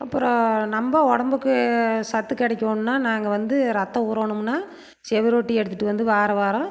அப்புறம் நம்ம உடம்புக்கு சத்து கிடைக்கோணுன்னா நாங்கள் வந்து ரத்தம் ஊறணும்னால் சுவரொட்டிய எடுத்துகிட்டு வந்து வாரம் வாரம்